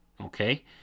okay